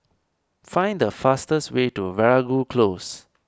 find the fastest way to Veeragoo Close